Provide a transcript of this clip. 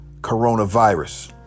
coronavirus